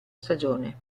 stagione